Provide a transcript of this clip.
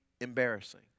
embarrassing